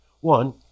One